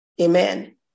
Amen